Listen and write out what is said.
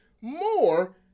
more